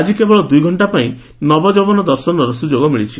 ଆଜି କେବଳ ଦୁଇଘକ୍ଷା ପାଇଁ ନବଯୌବନ ଦର୍ଶନର ସୁଯୋଗ ମିଳିଛି